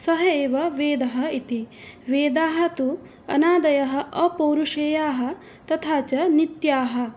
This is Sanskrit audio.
सः एव वेदः इति वेदाः तु अनादयः अपौरुषेयाः तथा च नित्याः